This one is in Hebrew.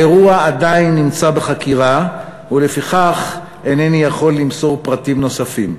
האירוע עדיין נמצא בחקירה ולפיכך אינני יכול למסור פרטים נוספים.